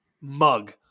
mug